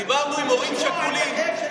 דיברנו עם הורים שכולים,